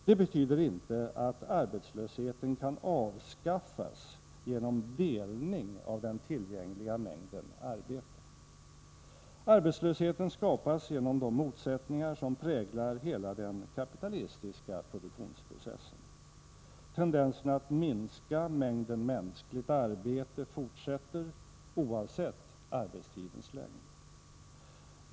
Det betyder inte att arbetslösheten kan avskaffas genom delning av den tillgängliga mängden arbete. Arbetslösheten skapas genom de motsättningar som präglar hela den kapitalistiska produktionsprocessen. Tendensen att minska mängden mänskligt arbete fortsätter, oavsett arbetstidens längd.